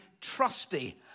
trusty